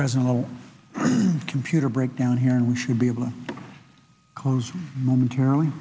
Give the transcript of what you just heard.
all computer break down here and we should be able to close momentarily